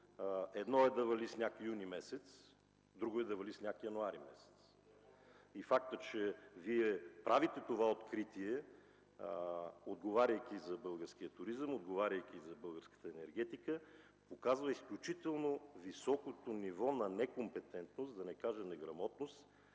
едно е да вали сняг през месец юни, а друго – през месец януари. Фактът, че Вие правите това откритие, отговаряйки за българския туризъм, отговаряйки за българската енергетика, показва изключително високото ниво на некомпетентност, да не кажа неграмотност,